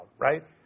right